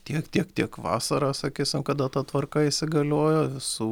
tiek tiek tiek vasarą sakysim kada ta tvarka įsigaliojo su